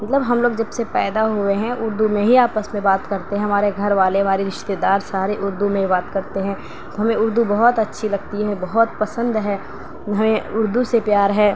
مطلب ہم لوگ جب سے پیدا ہوئے ہیں اردو میں ہی آپس میں بات کرتے ہیں ہمارے گھر والے ہمارے رشتہ دار سارے اردو میں بات کرتے ہیں ہمیں اردو بہت اچّھی لگتی ہے بہت پسند ہے ہمیں اردو سے پیار ہے